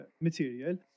material